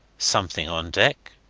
something on deck?